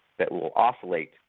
that will oscillate,